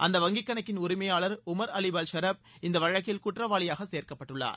அந்த வங்கிக் கணக்கின் உரிமையாளர் உமர் அலி பல்ஷ்ரப் இந்த வழக்கில் குற்றவாளியாக சேர்க்கப்பட்டுள்ளார்